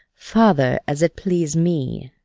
father, as it please me